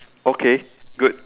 okay good